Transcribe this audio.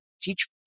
teach